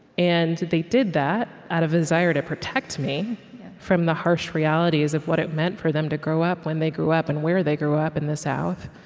and they did that out of a desire to protect me from the harsh realities of what it meant for them to grow up when they grew up and where they grew up in the south,